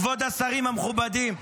כבוד השרים המכובדים,